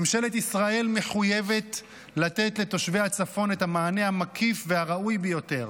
ממשלת ישראל מחויבת לתת לתושבי הצפון את המענה המקיף והראוי ביותר